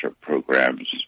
programs